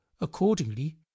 Accordingly